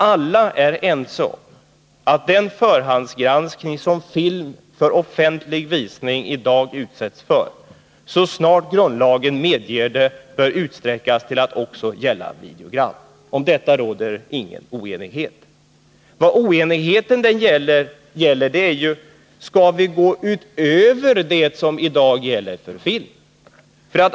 Alla är ense om att den förhandsgranskning som film avsedd för offentlig visning i dag utsätts för, bör utsträckas till att också gälla videogram, så snart grundlagen medger det. Om detta råder ingen oenighet. Oenigheten gäller om vi skall gå utöver det som i dag gäller för film.